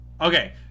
okay